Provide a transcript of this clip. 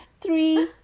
Three